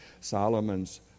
Solomon's